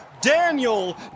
Daniel